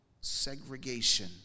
segregation